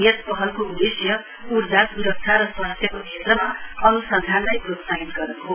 यस पहलको उद्देश्य ऊर्जास्रक्षा र स्वास्थ्यको क्षेत्रमा अन्सन्धानलाई प्रोत्साहित गर्नु हो